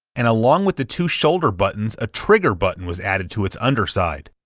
and along with the two shoulder buttons, a trigger button was added to its underside.